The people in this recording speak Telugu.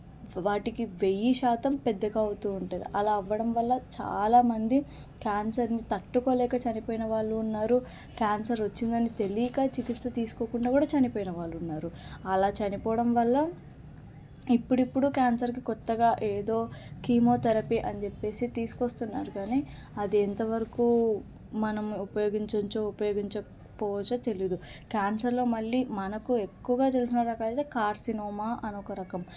వాటికి వెయ్యి శాతం పెద్దగవుతూ ఉంటటుంది అలా అవ్వడం వల్ల చాలామంది క్యాన్సర్ని తట్టుకోలేక చనిపోయిన వాళ్ళు ఉన్నారు క్యాన్సర్ వచ్చిందని తెలియక చికిత్స తీసుకోకుండా కూడా చనిపోయిన వాళ్ళు ఉన్నారు అలా చనిపోవడం వల్ల ఇప్పుడిప్పుడు క్యాన్సర్కి కొత్తగా ఏదో కీమోథెరపీ అని చెప్పేసి తీసుకొస్తున్నారు కానీ అది ఎంతవరకు మనం ఉపయోగించ వచ్చు ఉపయోగించకపోవచ్చో తెలీదు క్యాన్సర్లో మళ్ళీ మనకు ఎక్కువగా తెలిసిన రకాలైతే కార్సినోమా అనొక రకం